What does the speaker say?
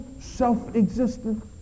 self-existent